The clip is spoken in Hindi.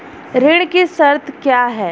ऋण की शर्तें क्या हैं?